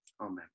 Amen